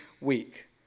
week